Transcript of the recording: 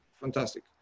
fantastic